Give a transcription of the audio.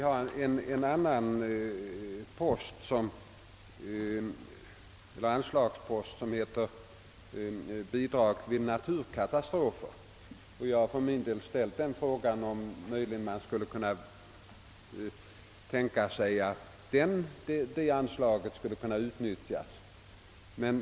Herr talman! Vi har en annan anslagspost som kallas »Bidrag vid naturkatastrofer». Jag har för min del ställt frågan om man möjligen skulle kunna tänka sig att detta anslag utnyttjas.